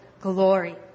glory